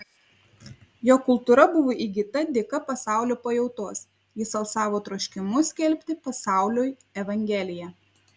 jo kultūra buvo įgyta dėka pasaulio pajautos jis alsavo troškimu skelbti pasauliui evangeliją